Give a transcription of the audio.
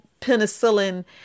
penicillin